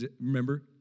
remember